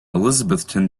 elizabethton